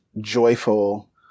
joyful